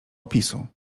opisu